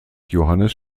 johannes